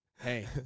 hey